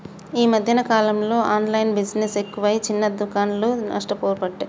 ఈ మధ్యన కాలంలో ఆన్లైన్ బిజినెస్ ఎక్కువై చిన్న దుకాండ్లు నష్టపోబట్టే